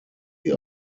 wie